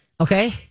Okay